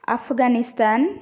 Afghanistan